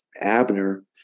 Abner